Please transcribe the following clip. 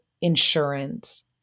insurance